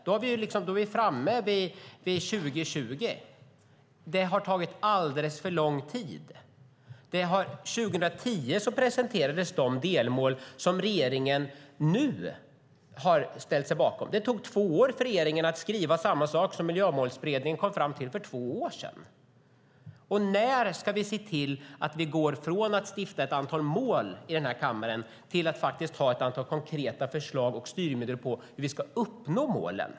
Då är vi framme vid 2020. Det har tagit alldeles för lång tid. År 2010 presenterades de delmål som regeringen nu har ställt sig bakom. Det tog två år för regeringen att skriva samma sak som Miljömålsberedningen kom fram till för två år sedan. När ska vi se till att vi går från att sätta upp ett antal mål i den här kammaren till att ha ett antal konkreta förslag och styrmedel för hur vi ska uppnå målen?